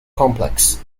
complex